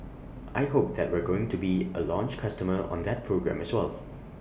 I hope that we're going to be A launch customer on that program as well